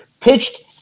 pitched